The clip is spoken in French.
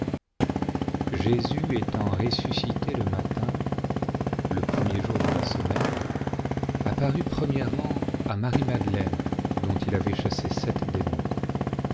jésus étant ressuscité le matin le premier jour de la semaine apparut premièrement à marie madelaine dont il avait chassé sept